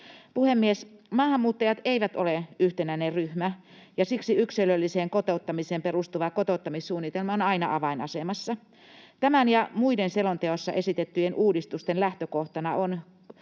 Puhemies! Maahanmuuttajat eivät ole yhtenäinen ryhmä, ja siksi yksilölliseen kotouttamiseen perustuva kotouttamissuunnitelma on aina avainasemassa. Tämän ja muiden selonteossa esitettyjen uudistusten lähtökohtana on